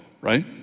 right